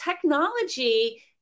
technology